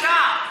זאת הסתה.